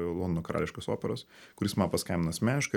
londono karališkos operos kuris man paskambino asmeniškai